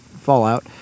Fallout